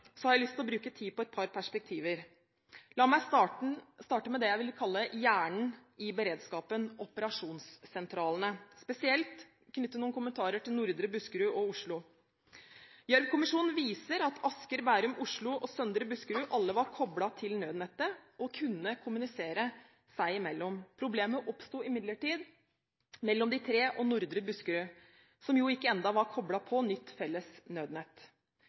har jeg lyst til å bruke tid på et par perspektiver. La meg starte med det jeg vil kalle hjernen i beredskapen: operasjonssentralene. Jeg vil spesielt knytte noen kommentarer til Nordre Buskerud og Oslo operasjonssentraler. Gjørv-kommisjonen viser at Asker, Bærum, Oslo og Søndre Buskerud alle var koblet til nødnettet og kunne kommunisere seg imellom. Problemet oppsto imidlertid mellom de tre og Nordre Buskerud, som jo ikke ennå var koblet til nytt felles nødnett.